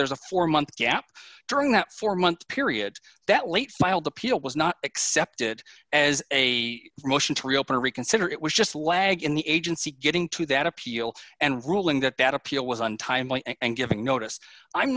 there's a four month gap during that four month period that late filed appeal was not accepted as a motion to reopen reconsider it was just lag in the agency getting to that appeal and ruling that that appeal was untimely and given notice i'm